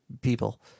people